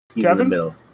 Kevin